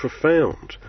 profound